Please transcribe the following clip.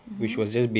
mmhmm